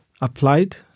applied